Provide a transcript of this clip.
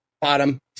bottom